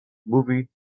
movie